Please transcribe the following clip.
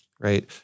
right